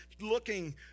looking